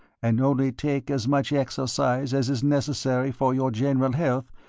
and only take as much exercise as is necessary for your general health,